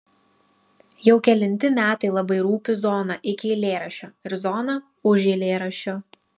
jau kelinti metai labai rūpi zona iki eilėraščio ir zona už eilėraščio